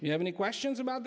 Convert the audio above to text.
you have any questions about